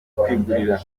kwigurira